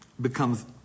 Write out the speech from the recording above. becomes